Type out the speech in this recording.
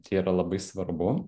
tai yra labai svarbu